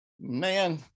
man